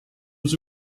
was